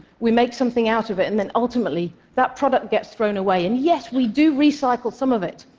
we make something out of it, and then ultimately that product gets thrown away, and yes, we do recycle some of it,